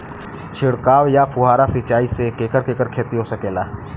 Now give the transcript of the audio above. छिड़काव या फुहारा सिंचाई से केकर केकर खेती हो सकेला?